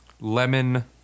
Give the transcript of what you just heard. lemon